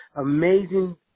Amazing